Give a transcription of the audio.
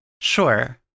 Sure